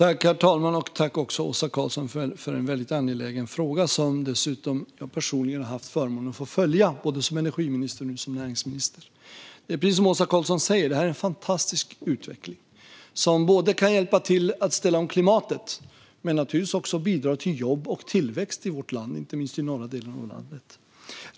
Herr talman! Tack, Åsa Karlsson, för en väldigt angelägen fråga som jag personligen dessutom haft förmånen att få följa både som energiminister och nu som näringsminister. Precis som Åsa Karlsson säger är detta en fantastisk utveckling som kan hjälpa till att ställa om klimatet men naturligtvis också bidra till jobb och tillväxt i vårt land, inte minst i de norra delarna.